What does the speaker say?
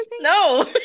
No